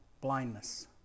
blindness